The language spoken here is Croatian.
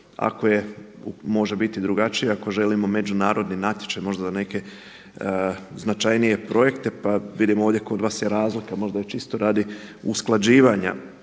ako je može biti drugačije ako želimo međunarodni natječaj možda za neke značajnije projekte. Pa vidimo ovdje kod vas je razlika možda čisto radi usklađivanja